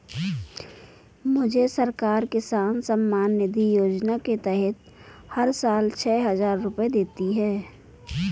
मुझे सरकार किसान सम्मान निधि योजना के तहत हर साल छह हज़ार रुपए देती है